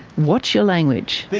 watch your language.